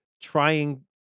trying